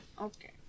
Okay